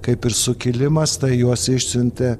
kaip ir sukilimas tai juos išsiuntė